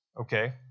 okay